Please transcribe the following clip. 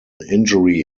injury